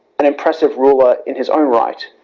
an impressive ruler in his own right